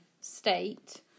state